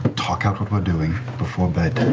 talk out what we're doing before bed and